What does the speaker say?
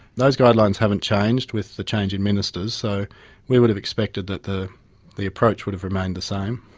those guidelines haven't changed with the change in ministers, so we would have expected that the the approach would have remained the same.